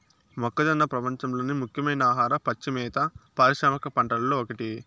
మొక్కజొన్న ప్రపంచంలోని ముఖ్యమైన ఆహార, పచ్చి మేత పారిశ్రామిక పంటలలో ఒకటి